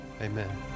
Amen